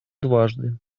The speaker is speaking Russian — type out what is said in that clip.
дважды